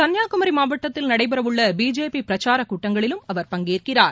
கன்னியாகுமரி மாவட்டத்தில் நடைபெறவுள்ள பிஜேபி பிரச்சார கூட்டங்களிலும் அவர் பங்கேற்கிறார்